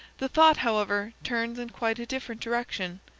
the thought, however, turns in quite a different direction.